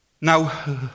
Now